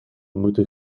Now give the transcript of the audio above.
moeten